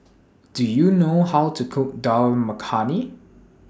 Do YOU know How to Cook Dal Makhani